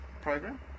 program